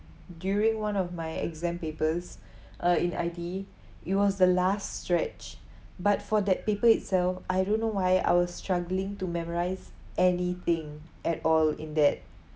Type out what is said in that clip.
during one of my exam papers uh in I_T it was the last stretch but for that paper itself I don't know why I was struggling to memorise anything at all in that